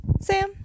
Sam